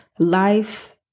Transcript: Life